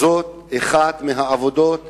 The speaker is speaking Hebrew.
וזו אחת מהעבודות